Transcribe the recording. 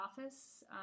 office